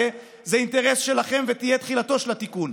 זה אינטרס שלכם והיא תהיה תחילתו של התיקון.